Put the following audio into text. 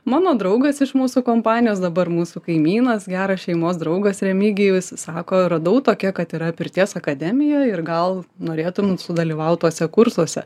mano draugas iš mūsų kompanijos dabar mūsų kaimynas geras šeimos draugas remigijus sako radau tokią kad yra pirties akademija ir gal norėtum sudalyvaut tuose kursuose